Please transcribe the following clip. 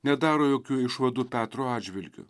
nedaro jokių išvadų petro atžvilgiu